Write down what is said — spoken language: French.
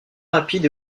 rapide